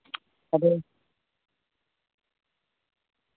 ᱟᱫᱚ